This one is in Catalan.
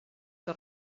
que